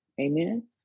Amen